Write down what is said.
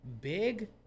big